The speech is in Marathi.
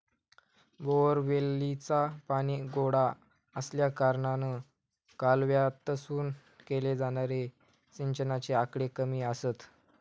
बोअरवेलीचा पाणी गोडा आसल्याकारणान कालव्यातसून केले जाणारे सिंचनाचे आकडे कमी आसत